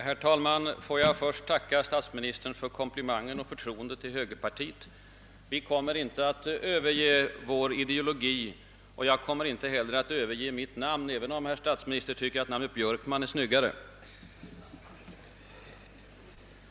Herr talman! Får jag först tacka statsministern för komplimangen och förtroendet när det gäller högerpartiet. Vi kommer inte att överge vår ideolo gi — och jag kommer inte heller att överge mitt namn, även om herr statsministern tycker att namnet Björkman är vackrare.